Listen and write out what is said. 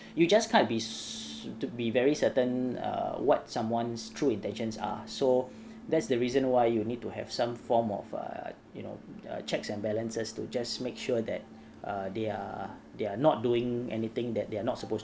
you just can't be to be very certain err what someone's true intentions are so that's the reason why you need to have some form of err you know checks and balances to just make sure that err they are they are not doing anything that they are not supposed